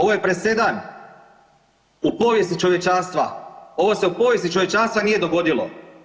Ovo je presedan u povijesti čovječanstva, ovo se u povijesti čovječanstva nije dogodilo.